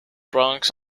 bronx